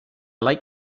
like